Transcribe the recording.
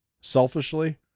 selfishly